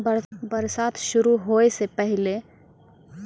बरसात शुरू होय सें पहिने मवेशी खेतो म चरय छलै